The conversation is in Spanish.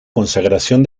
consagración